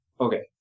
Okay